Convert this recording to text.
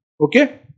okay